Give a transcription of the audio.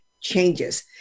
changes